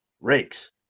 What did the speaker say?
rakes